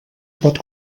pot